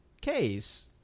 case